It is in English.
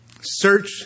Search